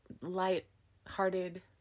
light-hearted